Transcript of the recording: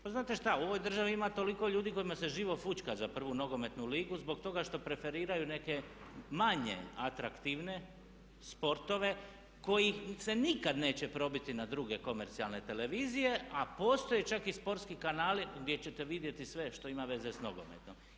Pa znate šta u ovoj državi ima toliko ljudi kojima se živo fućka za prvu nogometnu ligu zbog toga što preferiraju neke manje atraktivne sportove koji se nikada neće probiti na druge komercijalne televizije a postoje čak i sportski kanali gdje ćete vidjeti sve što ima veze sa nogometom.